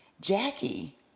Jackie